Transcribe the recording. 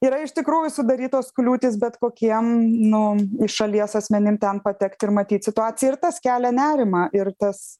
yra iš tikrųjų sudarytos kliūtys bet kokiem non į šalies asmenim ten patekt ir matyt situacija ir tas kelia nerimą ir tas